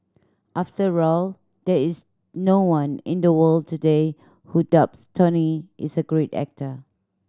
after all there is no one in the world today who doubts Tony is a great actor